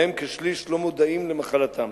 וכשליש מהם לא מודעים למחלתם.